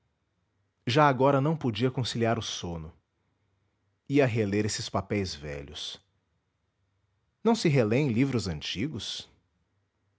já agora não podia conciliar o sono ia reler esses papéis velhos não se relêem livros antigos